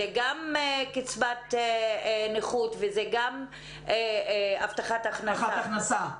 זאת גם קצבת נכות וזאת גם הבטחת הכנסה.